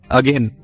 again